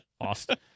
Austin